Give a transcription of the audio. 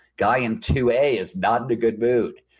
guy in two a is not in a good mood.